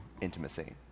intimacy